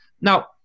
Now